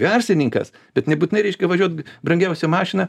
garsininkas bet nebūtinai reiškia važiuot brangiausią mašiną